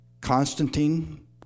Constantine